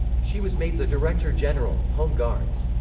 she was made the director general, home guards.